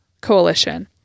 coalition